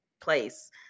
place